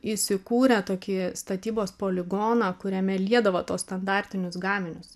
įsikūrę tokį statybos poligoną kuriame liedavo tuos standartinius gaminius